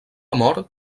mort